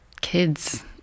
kids